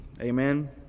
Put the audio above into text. Amen